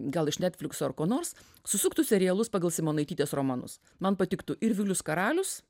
gal iš netflikso ar ko nors susuktų serialus pagal simonaitytės romanus man patiktų ir vilius karalius